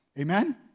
Amen